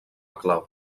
clau